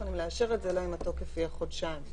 מוכנים לאשר אלא אם התוקף יהיה חודשיים?